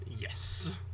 Yes